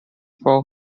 for